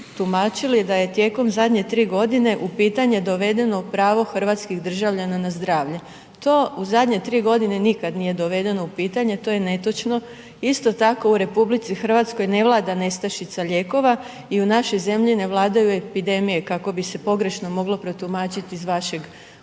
tumačili da je tijekom zadnje 3.g. u pitanje dovedeno pravo hrvatskih državljana na zdravlje, to u zadnje 3.g. nikad nije dovedeno u pitanje, to je netočno. Isto tako u RH ne vlada nestašica lijekova i u našoj zemlji ne vladaju epidemije kako bi se pogrešno moglo protumačit iz vašeg